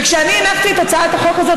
וכשאני הנחתי את ההצעה לסדר-היום הזאת,